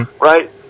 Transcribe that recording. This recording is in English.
Right